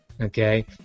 Okay